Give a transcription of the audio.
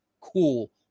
cool